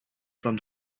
from